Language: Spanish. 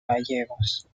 gallegos